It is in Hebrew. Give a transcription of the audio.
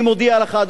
אני מודיע לך,